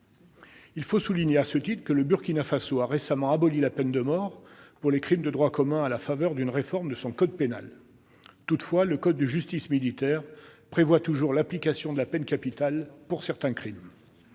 Il faut souligner à ce titre que le Burkina Faso a récemment aboli la peine de mort pour les crimes de droit commun à la faveur d'une réforme de son code pénal. Toutefois, le code de justice militaire prévoit toujours l'application de la peine capitale pour certains crimes.